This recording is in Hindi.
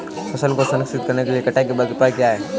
फसल को संरक्षित करने के लिए कटाई के बाद के उपाय क्या हैं?